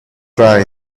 dry